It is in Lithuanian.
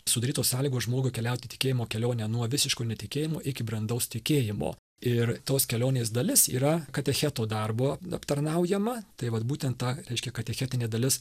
sudarytos sąlygos žmogui keliauti tikėjimo kelionę nuo visiško netikėjimo iki brandaus tikėjimo ir tos kelionės dalis yra katecheto darbo aptarnaujama tai vat būtent ta reiškia katechetinė dalis